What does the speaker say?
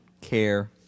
care